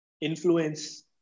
influence